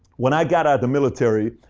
when i got out of the military,